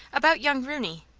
about young rooncy.